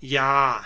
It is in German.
ja